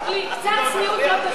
קצת צניעות לא תזיק.